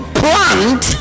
plant